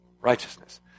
righteousness